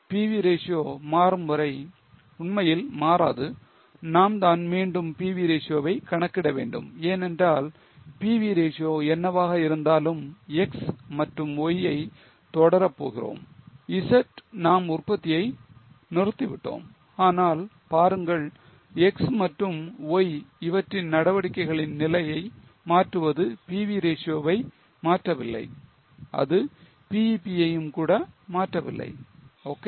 PV ratio மாறும்வரை உண்மையில் மாறாது நாம் தான் மீண்டும் PV ratio வை கணக்கிட வேண்டும் ஏனென்றால் PV ratio என்னவாக இருந்தாலும் X மற்றும் Y ஐ தொடர போகிறோம் Z நாம் உற்பத்தியை நிறுத்தி விட்டோம் ஆனால் பாருங்கள் X மற்றும் Y இவற்றின் நடவடிக்கைகளின் நிலையை மாற்றுவது PV ratio வை மாற்றவில்லை இது BEP யையும் கூட மாற்றவில்லை ok